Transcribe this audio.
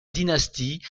dynastie